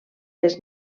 les